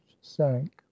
sank